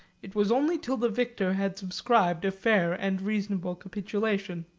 it was only till the victor had subscribed a fair and reasonable capitulation.